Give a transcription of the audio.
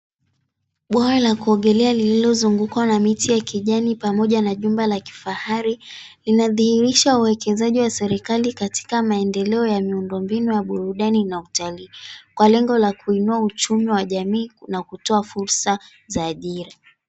Bwawa la kuogelea lililozungukwa na miti ya kijani pamoja na jumba la kifahari linadhihirisha waekezaji wa serikali katika maendeleo ya miundu mbinu ya burudani na utalii kwa lengo la kuinua uchumi wa jamii na kutoa fursa za ajira.